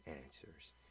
answers